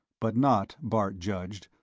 but not, bart judged,